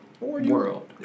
world